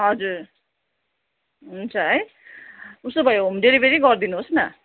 हजुर हुन्छ है उसो भए होम डेलिभरी गरिदिनुहोस् न